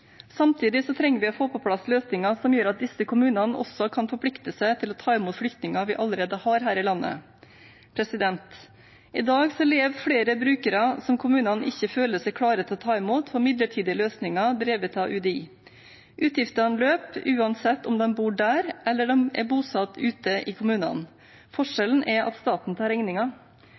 Samtidig trenger vi å få på plass løsninger som gjør at disse kommunene også kan forplikte seg til å ta imot flyktninger vi allerede har her i landet. I dag lever flere brukere som kommunene ikke føler seg klare til å ta imot, på midlertidige løsninger drevet av UDI. Utgiftene løper uansett om de bor der eller de er bosatt ute i kommunene. Forskjellen er at staten tar